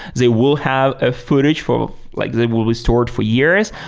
they will have a footage for like they will be stored for years.